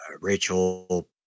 Rachel